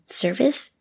service